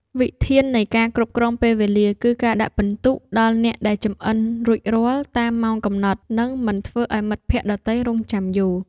វិធាននៃ ការគ្រប់គ្រងពេលវេលា គឺការដាក់ពិន្ទុដល់អ្នកដែលចម្អិនរួចរាល់តាមម៉ោងកំណត់ និងមិនធ្វើឱ្យមិត្តភក្តិដទៃរង់ចាំយូរ។